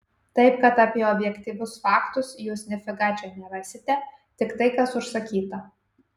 taip kad apie objektyvius faktus jūs nifiga čia nerasite tik tai kas užsakyta